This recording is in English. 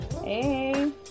Hey